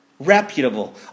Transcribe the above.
Reputable